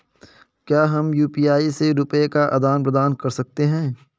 क्या हम यू.पी.आई से रुपये का आदान प्रदान कर सकते हैं?